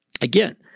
again